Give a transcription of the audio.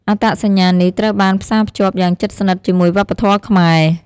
អត្តសញ្ញាណនេះត្រូវបានផ្សារភ្ជាប់យ៉ាងជិតស្និទ្ធជាមួយវប្បធម៌ខ្មែរ។